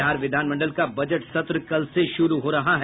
बिहार विधानमंडल का बजट सत्र कल से शुरू हो रहा है